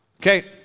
Okay